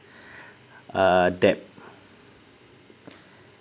uh debt